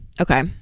Okay